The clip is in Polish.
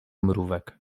mrówek